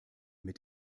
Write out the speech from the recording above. mit